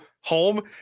home